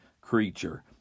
creature